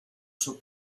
suo